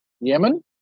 Yemen